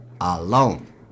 alone